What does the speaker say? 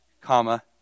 comma